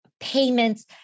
payments